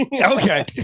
Okay